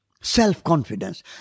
self-confidence